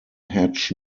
hatch